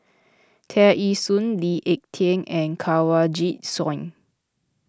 Tear Ee Soon Lee Ek Tieng and Kanwaljit Soin